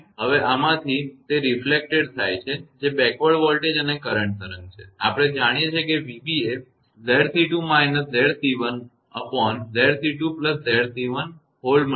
હવે આમાંથી તે પરાવર્તિત થાય છે જે બેકવર્ડ વોલ્ટેજ અને કરંટ તરંગ છે આપણે જાણીએ છીએ કે 𝑣𝑏 એ 𝑍𝑐2 − 𝑍𝑐1𝑍𝑐2 𝑍𝑐1